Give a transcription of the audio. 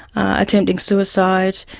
attempting suicide,